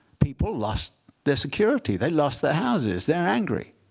people lost their security. they lost their houses. they're angry.